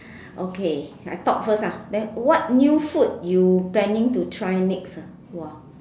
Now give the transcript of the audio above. okay I talk first ah then what new food you planning to try next ah !wah!